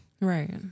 Right